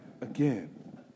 again